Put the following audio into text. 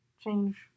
change